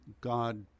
God